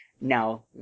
Now